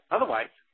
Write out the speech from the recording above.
Otherwise